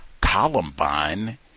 Columbine